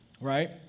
right